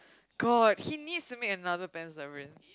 god he needs to make another Pan's Labyrinth